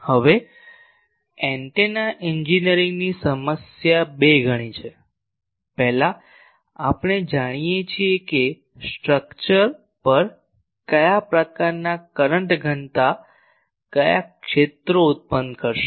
હવે એન્ટેના એન્જિનિયરિંગની સમસ્યા બે ગણી છે પહેલા આપણે જાણીએ છીએ કે સ્ટ્રક્ચર પર કયા પ્રકારનાં કરંટ ઘનતા કયા ક્ષેત્રો ઉત્પન્ન કરશે